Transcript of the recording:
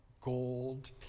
gold